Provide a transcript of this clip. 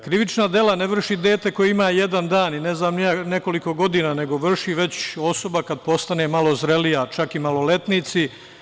Krivična dela ne vrši dete koje ima jedan dan ili nekoliko godina, nego vrši već osoba kada postane malo zrelija, čak i maloletnici.